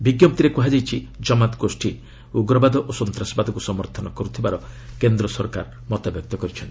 ବିଙ୍କପ୍ତିରେ କୁହାଯାଇଛି ଜମାତ୍ ଗୋଷ୍ଠୀ ଉଗ୍ରବାଦ ଓ ସନ୍ତାସବାଦକୁ ସମର୍ଥନ କରୁଥିବାର କେନ୍ଦ୍ର ସରକାର ମତବ୍ୟକ୍ତ କରିଛନ୍ତି